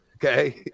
Okay